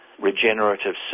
regenerative